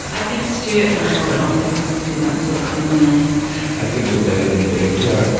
i think stuart has more confidence to do that sort of thing than i i think you're better than you think yeah